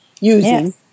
using